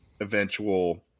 eventual